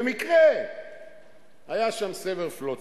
במקרה היה שם סבר פלוצקר,